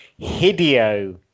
Hideo